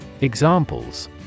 Examples